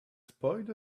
spoiled